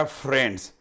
friends